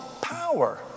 Power